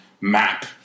map